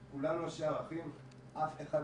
כמו שיש שני ראשי ממשלה יש גם שני שרים